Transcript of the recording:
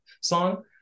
song